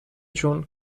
جون